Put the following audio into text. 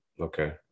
Okay